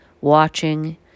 watching